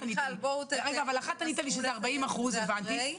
מיכל, תנסו לסיים את זה אחרי.